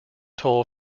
toll